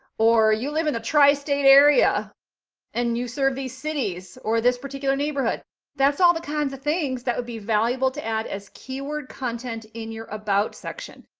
or you live in the tristate area and you serve these cities, or this particular neighborhood that's all the kinds of things that would be valuable to add as keyword content in your about section.